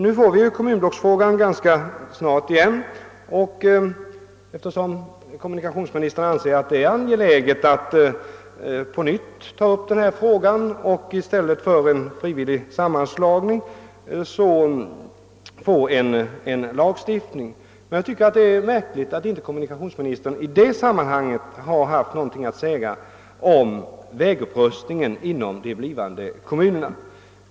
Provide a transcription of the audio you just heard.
Nu får vi ganska snart åter tillfälle att behandla kommunblocksfrågan, eftersom kommunikationsministern anser det angeläget att på nytt ta upp frågan om att i stället för en frivillig sammanslagning genomföra en lagstiftning. Jag finner det märkligt att kommunikationsministern i detta sammanhang inte har haft något att säga om upprustningen av vägarna inom de blivande kommunerna.